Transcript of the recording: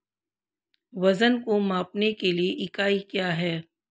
वजन को मापने के लिए इकाई क्या है?